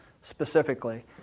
specifically